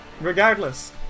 Regardless